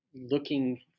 looking